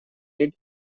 limited